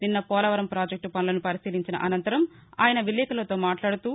నిన్న పోలవరం పాజెక్లు పనులను పరిశీలించిన అసంతరం ఆయన విలేకరులతో మాట్లాడుతూ